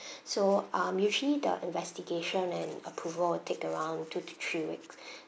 so um usually the investigation and approval will take around two to three week